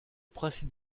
principe